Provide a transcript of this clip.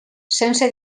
sense